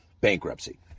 bankruptcy